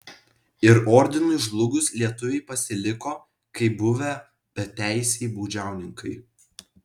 ir ordinui žlugus lietuviai pasiliko kaip buvę beteisiai baudžiauninkai